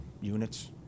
units